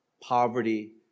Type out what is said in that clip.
poverty